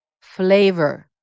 Flavor